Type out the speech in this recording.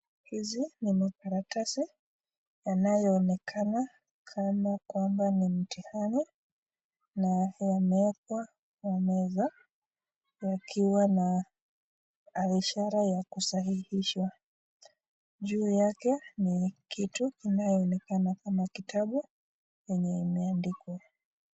Hizi ni makaratasi yanayoonekana kama kwamba ni mtihani na yameekwa kwa meza yakiwa na ishara ya kusahihishwa, juu yake ni kitu inayoonekana kama kitabu yenye imeandikwa.